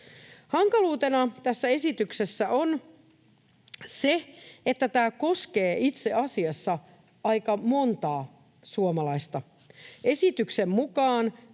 Hankaluutena tässä esityksessä on se, että tämä koskee itse asiassa aika montaa suomalaista. Esityksen mukaan